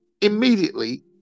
immediately